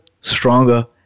stronger